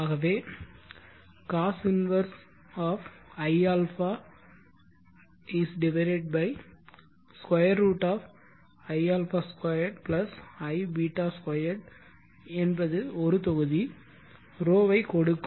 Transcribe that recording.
ஆகவே cos 1 iα √iα 2 iβ 2 என்பது ஒரு தொகுதி ρ ஐ கொடுக்கும்